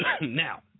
Now